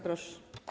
Proszę.